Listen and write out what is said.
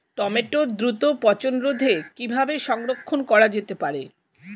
টমেটোর দ্রুত পচনরোধে কিভাবে সংরক্ষণ করা যেতে পারে?